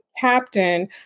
captain